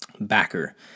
backer